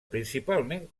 principalment